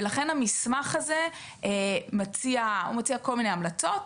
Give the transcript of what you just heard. ולכן המסמך הזה מציע כל מיני המלצות,